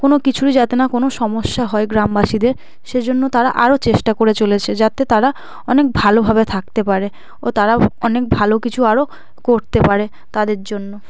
কোনো কিছুরই যাতে না কোনো সমস্যা হয় গ্রামবাসীদের সে জন্য তারা আরও চেষ্টা করে চলেছে যাতে তারা অনেক ভালোভাবে থাকতে পারে ও তারা অনেক ভালো কিছু আরও করতে পারে তাদের জন্য